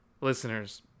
Listeners